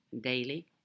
daily